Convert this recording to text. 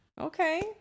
Okay